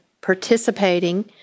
participating